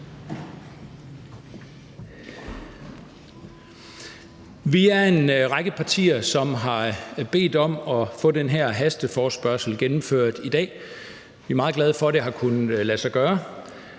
Vi er en række partier, som har bedt om at få den her hasteforespørgsel gennemført i dag. Vi er meget glade for, at det har kunnet lade sig gøre.